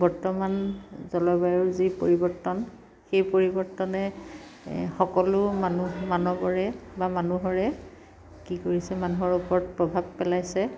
বৰ্তমান জলবায়ুৰ যি পৰিৱৰ্তন সেই পৰিৱৰ্তনে সকলো মানুহ মানৱৰে বা মানুহৰে কি কৰিছে মানুহৰ ওপৰত প্ৰভাৱ পেলাইছে